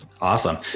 Awesome